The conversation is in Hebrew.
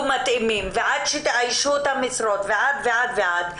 מתאימים ועד שתאיישו את המשרות ועד שהכול יתגבש.